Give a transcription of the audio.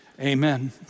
amen